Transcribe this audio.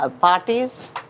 parties